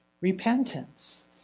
Repentance